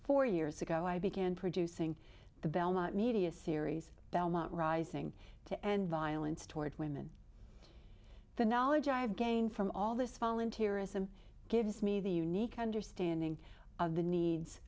four years ago i began producing the belmont media series belmont rising to end violence toward women the knowledge i have gained from all this fall and here is and gives me the unique understanding of the needs